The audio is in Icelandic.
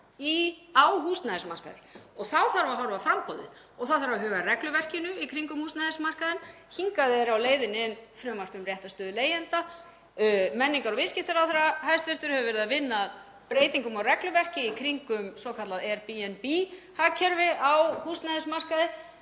á húsnæðismarkaði. Þá þarf að horfa á framboðið og það þarf að huga að regluverkinu í kringum húsnæðismarkaðinn. Hingað inn er á leiðinni frumvarp um réttarstöðu leigjenda og hæstv. menningar- og viðskiptaráðherra hefur verið að vinna að breytingum á regluverki í kringum svokallað Airbnb-hagkerfi á húsnæðismarkaði.